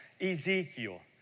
Ezekiel